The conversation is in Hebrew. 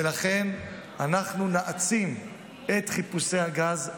ולכן אנחנו נעצים את חיפושי הגז,